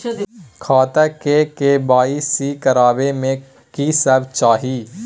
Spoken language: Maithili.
खाता के के.वाई.सी करबै में की सब चाही?